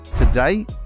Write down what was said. Today